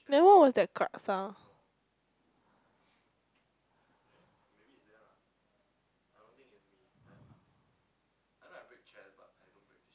then what was the sound